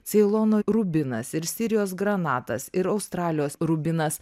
ceilono rubinas ir sirijos granatas ir australijos rubinas